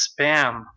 spam